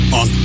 on